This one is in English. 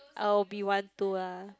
I'll be want to ah